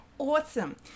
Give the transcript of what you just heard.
Awesome